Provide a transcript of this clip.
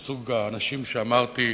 מסוג האנשים שאמרתי: